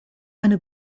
eine